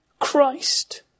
Christ